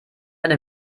eine